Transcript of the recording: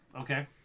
okay